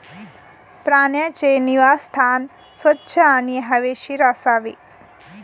प्राण्यांचे निवासस्थान स्वच्छ आणि हवेशीर असावे